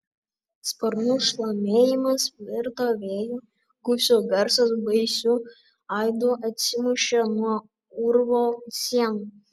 sparnų šlamėjimas virto vėjo gūsiu garsas baisiu aidu atsimušė nuo urvo sienų